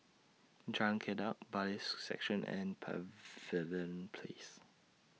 Jalan Kledek Bailiffs' Section and Pavilion Place